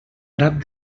prat